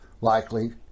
likely